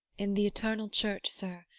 in the eternal church, sir,